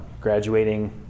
graduating